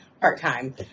part-time